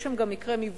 יש שם גם מקרה מבחן